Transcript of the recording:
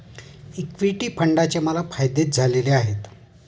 equity फंडाचे मला फायदेच झालेले आहेत